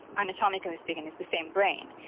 anatomically speaking, it's the same brain.